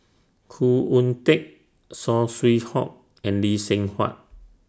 Khoo Oon Teik Saw Swee Hock and Lee Seng Huat